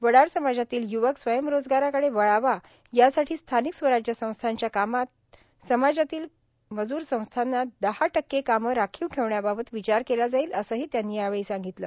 वडार समाजातील य्वक स्वयंरोजगाराकडे वळावा यासाठी स्थानिक स्वराज्य संस्थांच्या कामांत समाजातील मजूर संस्थांना दहा टक्के कामे राखीव ठेवण्याबाबत विचार केला जाईल असही त्यांनी यावेळी सांगितलं